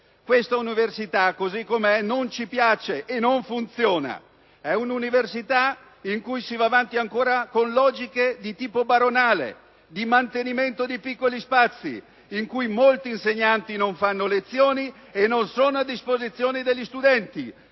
Questa università, così com'è, non ci piace e non funziona. È una università in cui si va avanti ancora con logiche di tipo baronale, di mantenimento di piccoli spazi, in cui molti insegnanti non fanno lezioni e non sono a disposizione degli studenti,